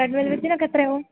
red വെൽവറ്റിനൊക്കെ എത്രയാകും